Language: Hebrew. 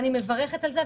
ואני מברכת על זה.